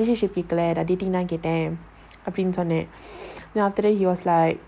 relationship கேட்கல:ketkala dating தான்கேட்டேன்:than keten then after that he was like